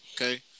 Okay